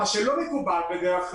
מה שלא מקובל בדרך כלל,